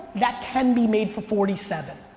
that can be made for forty seven.